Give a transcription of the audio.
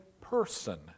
person